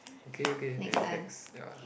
okay okay okay next ya